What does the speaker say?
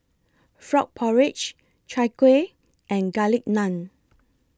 Frog Porridge Chai Kuih and Garlic Naan